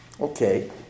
okay